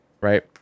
right